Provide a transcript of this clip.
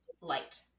light